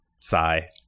sigh